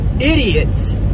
idiots